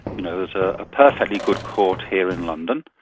you know, there's a ah perfectly good court here in london,